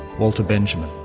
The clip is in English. walter benjamin,